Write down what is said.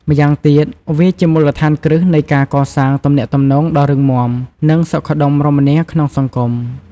ម៉្យាងទៀតវាជាមូលដ្ឋានគ្រឹះនៃការកសាងទំនាក់ទំនងដ៏រឹងមាំ និងសុខដុមរមនាក្នុងសង្គម។